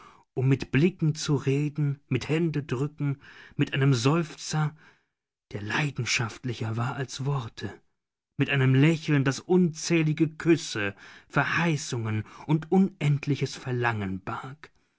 um mit blicken zu reden mit händedrücken mit einem seufzer der leidenschaftlicher war als worte mit einem lächeln das unzählige küsse verheißungen und unendliches verlangen barg